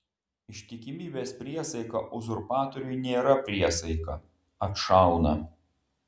ištikimybės priesaika uzurpatoriui nėra priesaika atšauna